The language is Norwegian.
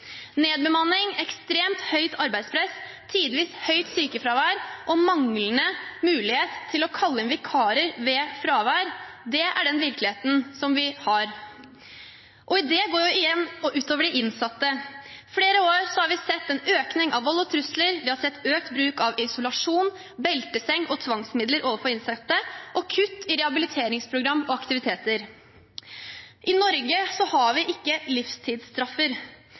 Nedbemanning, ekstremt høyt arbeidspress, tidvis høyt sykefravær og manglende mulighet til å kalle inn vikarer ved fravær er den virkeligheten som vi har – og det igjen går ut over de innsatte. Over flere år har vi sett en økning av vold og trusler, vi har sett økt bruk av isolasjon, belteseng og tvangsmidler overfor innsatte og kutt i rehabiliteringsprogram og aktiviteter. I Norge har vi ikke livstidsstraffer.